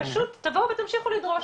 פשוט תבואו ותמשיכו לדרוש,